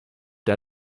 der